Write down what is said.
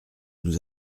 nous